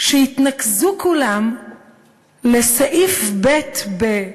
שהתנקזו כולן לסעיף קטן (ב)